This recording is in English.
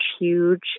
huge